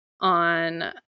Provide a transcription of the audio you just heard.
on